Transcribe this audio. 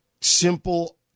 simple